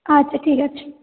আচ্ছা ঠিক আছে